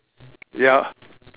ya